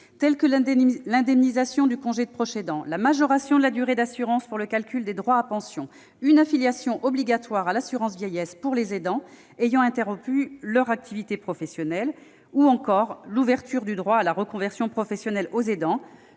telles que l'indemnisation du congé de proche aidant, la majoration de la durée d'assurance pour le calcul des droits à pension, une affiliation obligatoire à l'assurance vieillesse pour les aidants ayant interrompu leur activité professionnelle, ou encore l'ouverture du droit à la reconversion professionnelle aux aidants,